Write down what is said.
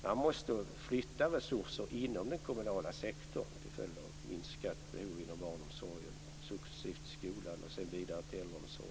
Man måste flytta resurser inom den kommunala sektorn till följd av minskat behov inom barnomsorgen, successivt inom skolan och sedan vidare till äldreomsorgen.